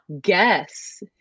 guess